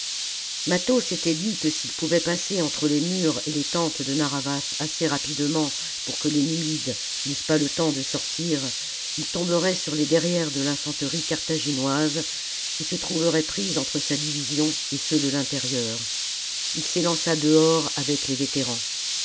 mâtho s'était dit que s'il pouvait passer entre les murs et les tentes de narr'havas assez rapidement pour que les numides n'eussent pas le temps de sortir il tomberait sur les derrières de l'infanterie carthaginoise qui se trouverait prise entre sa division et ceux de l'intérieur ii s'élança dehors avec les vétérans